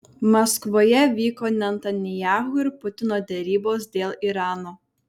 maskvoje vyko netanyahu ir putino derybos dėl irano